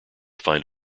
find